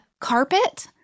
carpet